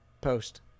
post